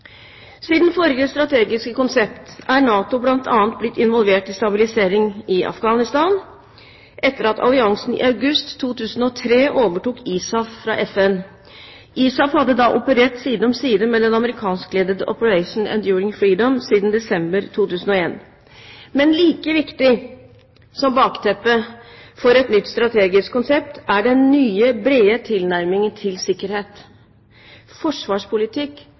Siden forrige strategiske konsept er NATO bl.a. blitt involvert i stabilisering i Afghanistan, etter at alliansen i august 2003 overtok ISAF fra FN. ISAF hadde da operert side om side med den amerikanskledede Operation Enduring Freedom siden desember 2001. Men like viktig som bakteppe for et nytt strategisk konsept er den nye brede tilnærmingen til sikkerhet. Forsvarspolitikk